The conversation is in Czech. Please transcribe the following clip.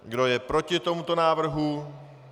Kdo je proti tomuto návrhu?